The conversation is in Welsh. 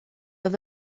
oedd